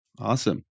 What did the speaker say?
Awesome